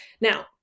Now